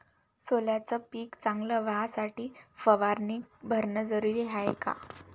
सोल्याचं पिक चांगलं व्हासाठी फवारणी भरनं जरुरी हाये का?